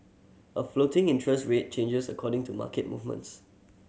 a floating interest rate changes according to market movements